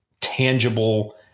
tangible